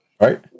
Right